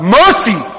mercy